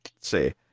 say